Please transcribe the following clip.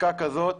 בעסקה כזאת